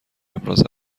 ابراز